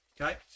Okay